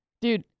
Dude